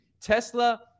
Tesla